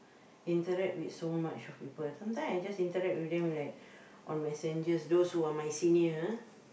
interact with so much of people sometime I just interact with them with like on messenger those who are my senior